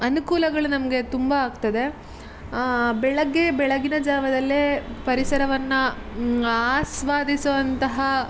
ಅನುಕೂಲಗಳು ನಮಗೆ ತುಂಬ ಆಗ್ತದೆ ಬೆಳಗ್ಗೆ ಬೆಳಗಿನ ಜಾವದಲ್ಲೇ ಪರಿಸರವನ್ನು ಆಸ್ವಾದಿಸುವಂತಹ